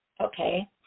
okay